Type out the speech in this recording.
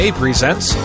presents